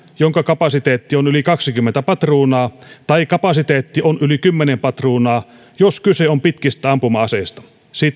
jonka kapasiteetti on yli kaksikymmentä patruunaa tai kapasiteetti on yli kymmenen patruunaa jos kyse on pitkistä ampuma aseista